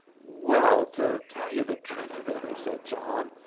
well, to tell you the truth, billee, said john,